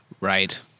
Right